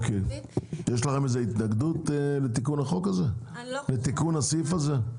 יש לכם התנגדות לתיקון הסעיף הזה?